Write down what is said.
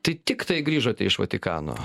tai tiktai grįžote iš vatikano